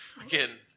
Again